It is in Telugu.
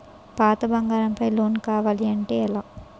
పాత బంగారం పై లోన్ కావాలి అంటే ఎలా?